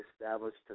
established